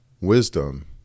wisdom